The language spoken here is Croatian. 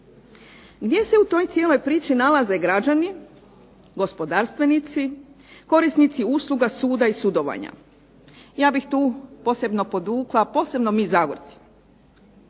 Gdje se u toj cijeloj priči nalaze građani, gospodarstvenici, korisnici usluga suda i sudovanja. Ja bih tu posebno podvukla posebno mi Zagorci.